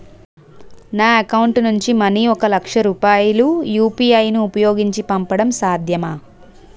నా అకౌంట్ నుంచి మనీ ఒక లక్ష రూపాయలు యు.పి.ఐ ను ఉపయోగించి పంపడం సాధ్యమా?